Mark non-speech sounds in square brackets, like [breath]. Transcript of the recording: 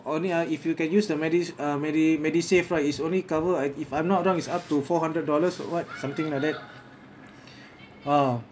only ah if you can use the medis~ uh medi~ MediSave right is only cover uh if I'm not wrong is up to four hundred dollars or what something like that [breath] ah